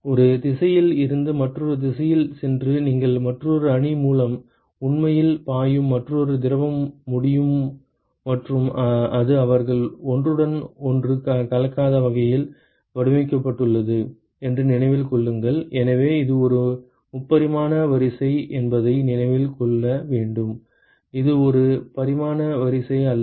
ஒரு திசையில் இருந்து மற்றொரு திசையில் சென்று நீங்கள் மற்றொரு அணி மூலம் உண்மையில் பாயும் மற்றொரு திரவம் முடியும் மற்றும் அது அவர்கள் ஒன்றுடன் ஒன்று கலக்காத வகையில் வடிவமைக்கப்பட்டுள்ளது என்று நினைவில் கொள்ளுங்கள் எனவே இது ஒரு முப்பரிமாண வரிசை என்பதை நினைவில் கொள்ள வேண்டும் அது இரு பரிமாண வரிசை அல்ல